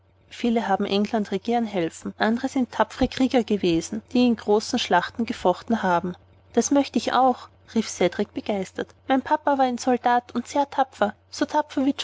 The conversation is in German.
viele haben england regieren helfen andre sind tapfre krieger gewesen die in großen schlachten gefochten haben das möchte ich auch rief cedrik begeistert mein papa war ein soldat und sehr tapfer so tapfer